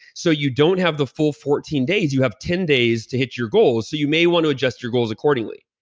so you don't have the full fourteen days, you have ten days to hit your goals. so you may want to adjust your goals accordingly.